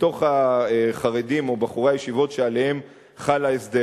מתוך החרדים או בחורי הישיבות שעליהם חל ההסדר.